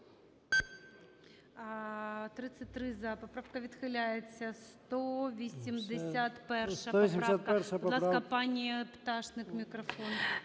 За-33 Поправка відхиляється. 181 поправка. Будь ласка, пані Пташник мікрофон.